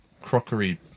crockery